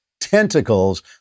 tentacles